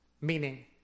meaning